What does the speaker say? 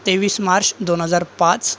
तेवीस मार्च दोन हजार पाच